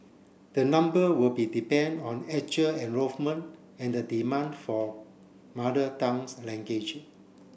the number will be dependent on actual enrolment and the demand for mother tongue's language